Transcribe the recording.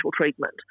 treatment